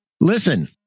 Listen